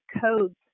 codes